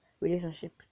relationship